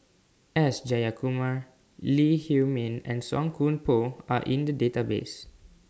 S Jayakumar Lee Huei Min and Song Koon Poh Are in The Database